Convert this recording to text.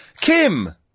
Kim